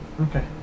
Okay